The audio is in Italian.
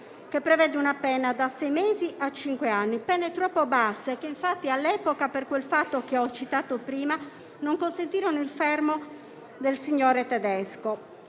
che prevede una pena da sei mesi a cinque anni. Pene troppo basse che, infatti, all'epoca, per il fatto che ho citato prima, non consentirono il fermo del signore tedesco.